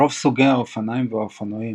ברוב סוגי האופניים והאופנועים,